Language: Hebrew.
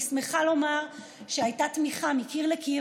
אני שמחה לומר שהייתה תמיכה מקיר לקיר,